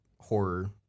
horror